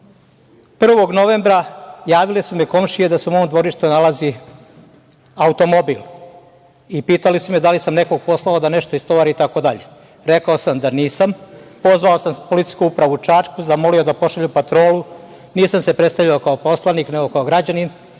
1. novembra javile su mi komšije da se u mom dvorištu nalazi automobil. Pitali su me, da li sam nekog poslao da nešto istovari itd. Rekao sam da nisam, pozvao sam policijsku upravu u Čačku, zamolio da pošalju patrolu. Nisam se predstavljao kao poslanik, nego kao građanin.